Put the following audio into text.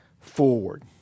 forward